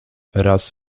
raz